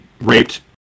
raped